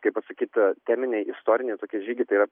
kaip pasakyt teminiai istoriniai tokie žygiai tai yra